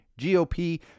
GOP